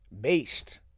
Based